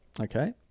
Okay